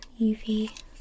UV